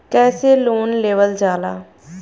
कैसे लोन लेवल जाला?